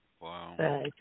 Wow